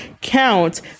count